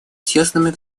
тесной